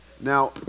Now